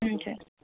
हुन्छ